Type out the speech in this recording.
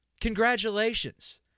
congratulations